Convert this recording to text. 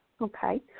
Okay